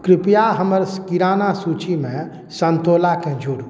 कृपया हमर किराना सूचीमे सन्तोलाके जोड़ू